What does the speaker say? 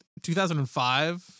2005